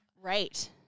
Right